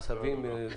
עשבים,